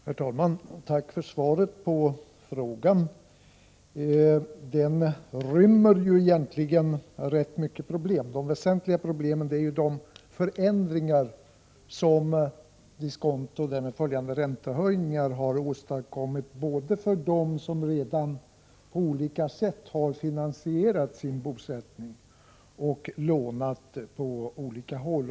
Herr talman! Tack för svaret på min fråga! Frågan rymmer egentligen rätt många problem. De väsentligaste problemen är de förändringar som diskontohöjningen med följande räntehöjningar har åstadkommit för dem som redan på olika sätt har finansierat sin bosättning och lånat på olika håll.